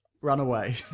Runaway